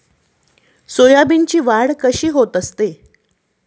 सोयाबीनची वाढ कशी होत असते?